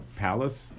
palace